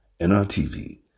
NRTV